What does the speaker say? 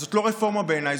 שזאת לא רפורמה בעיניי,